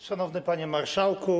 Szanowny Panie Marszałku!